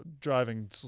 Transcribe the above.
driving